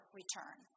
return